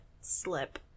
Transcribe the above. slip